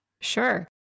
Sure